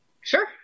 Sure